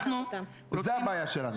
זו הבעיה שלנו.